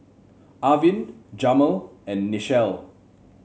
Arvin Jamel and Nichelle